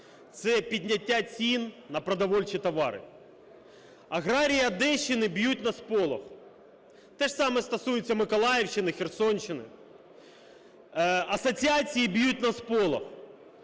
це підняття цін на продовольчі товари. Аграрії Одещини б'ють на сполох, те ж саме стосується Миколаївщини, Херсонщини, асоціації б'ють на сполох.